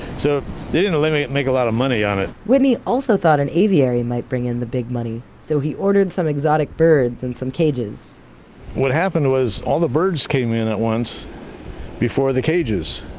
so they didn't really make a lot of money on it whitney also thought an aviary might bring in the big money. so he ordered some exotic birds and some cages what happened was, all the birds came in at once before the cages.